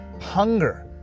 hunger